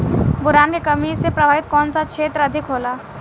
Boron के कमी से प्रभावित कौन सा क्षेत्र अधिक होला?